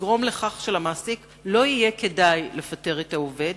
לגרום לכך שלמעסיק לא יהיה כדאי לפטר את העובד,